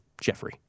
Jeffrey